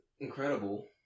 incredible